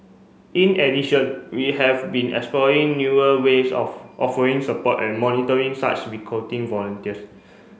in addition we have been exploring newer ways of offering support and monitoring such recruiting volunteers